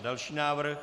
Další návrh.